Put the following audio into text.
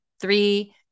three